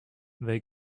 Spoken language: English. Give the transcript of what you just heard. they